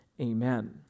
amen